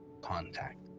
contact